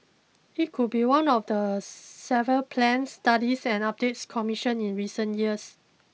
it could be one of the several plans studies and updates commissioned in recent years